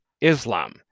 Islam